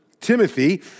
Timothy